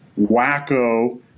wacko